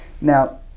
Now